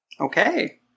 Okay